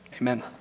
Amen